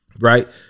Right